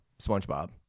Spongebob